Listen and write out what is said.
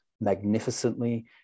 magnificently